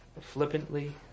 flippantly